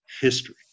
history